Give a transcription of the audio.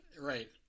Right